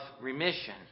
remission